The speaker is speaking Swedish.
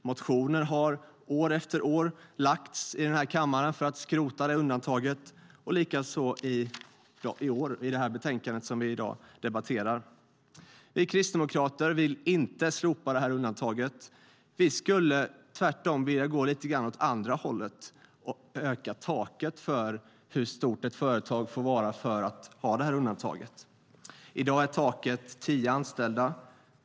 Motioner har år efter år väckts i den här kammaren för att skrota det undantaget, likaså i det betänkande som vi i dag debatterar. Vi kristdemokrater vill inte slopa det här undantaget. Vi skulle tvärtom vilja gå lite grann åt andra hållet och höja taket för hur stort ett företag får vara för att ha det här undantaget. I dag är taket tio anställda.